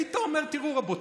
היית אומר: תראו, רבותיי,